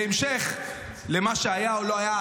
בהמשך למה שהיה או לא היה,